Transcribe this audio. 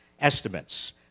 estimates